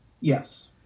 Yes